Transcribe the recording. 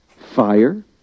fire